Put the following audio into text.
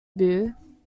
beau